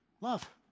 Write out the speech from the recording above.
Love